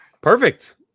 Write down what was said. Perfect